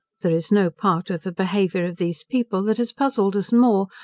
there is no part of the behaviour of these people, that has puzzled us more,